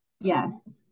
Yes